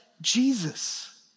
Jesus